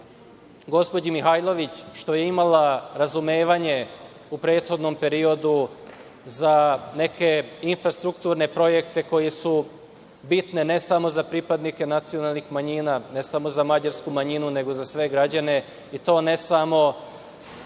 gospođi Mihajlović što je imala razumevanje u prethodnom periodu za neke infrastrukturne projekte koji su bitni ne samo za pripadnike nacionalnih manjina, ne samo za mađarsku manjinu, nego za sve građane, i to ne samo